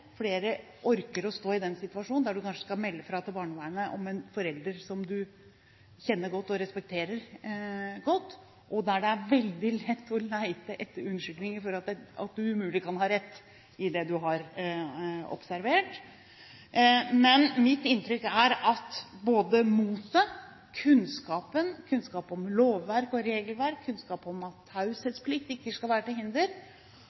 flere orker å stå i den situasjonen der du kanskje skal melde fra til barnevernet om en forelder som du kjenner godt, og respekterer godt, og der det er veldig lett å lete etter unnskyldninger for at du umulig kan ha rett i det du har observert. Men mitt inntrykk er at når det gjelder både mot og kunnskap – kunnskap om lovverk og regelverk, kunnskap om at taushetsplikt ikke skal være til hinder